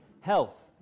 Health